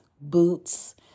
boots